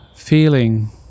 feeling